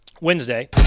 Wednesday